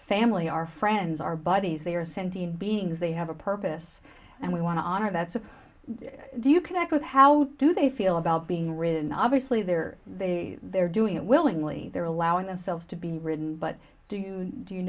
family our friends our bodies they are sent in beings they have a purpose and we want to honor that so do you connect with how do they feel about being ridden obviously they're they they're doing it willingly they're allowing themselves to be written but do you do you